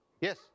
Yes